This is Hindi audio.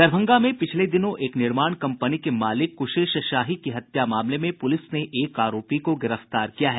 दरभंगा में पिछले दिनों एक निर्माण कम्पनी के मालिक कुशेश शाही की हत्या मामले में पुलिस ने एक आरोपी को गिरफ्तार किया है